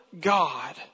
God